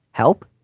help.